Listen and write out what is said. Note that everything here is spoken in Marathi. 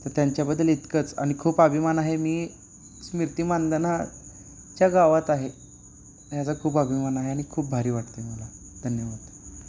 त्यांच्याबद्दल इतकंच आणि खूप अभिमान आहे मी स्मृती मानधनाच्या गावात आहे ह्याचा खूप अभिमान आहे आणि खूप भारी वाटतं आहे मला धन्यवाद